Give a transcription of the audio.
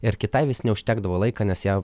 ir kitai vis neužtekdavo laiko nes ją